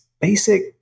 basic